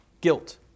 Guilt